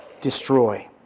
destroy